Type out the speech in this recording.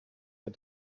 had